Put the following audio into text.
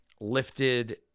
lifted